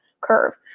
curve